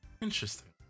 Interesting